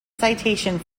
citation